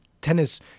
tennis